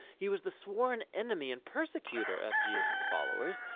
he was the sworn enemy and persecutor of jesus' followers,